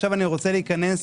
ואני רוצה להיכנס